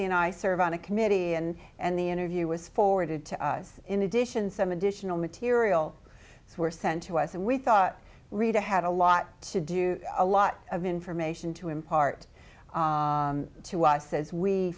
and i serve on a committee and and the interview was forwarded to us in addition some additional material as were sent to us and we thought rita had a lot to do a lot of information to impart to us as we